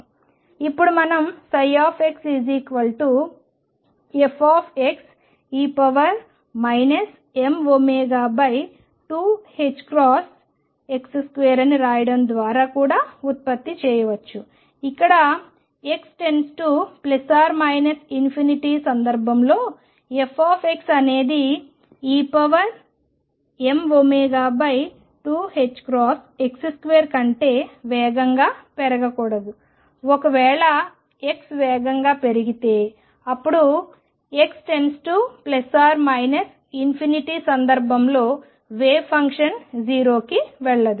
ఇప్పుడు మనం ψ fe mω2ℏx2 అని వ్రాయడం ద్వారా కూడా ఉత్పత్తి చేయవచ్చు ఇక్కడ x →±∞ సందర్భంలో f అనేది emω2ℏx2 కంటే వేగంగా పెరగకూడదు ఒకవేళ x వేగంగా పెరిగితే అప్పుడు x →±∞ సందర్భంలో వేవ్ ఫంక్షన్ 0 కి వెళ్లదు